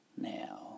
Now